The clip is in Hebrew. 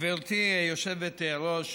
גברתי היושבת-ראש,